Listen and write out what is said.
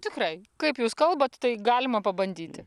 tikrai kaip jūs kalbat tai galima pabandyti